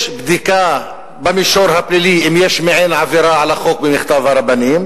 יש בדיקה במישור הפלילי אם יש מעין עבירה על החוק במכתב הרבנים,